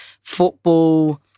football